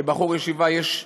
לבחור הישיבה יש,